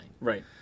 Right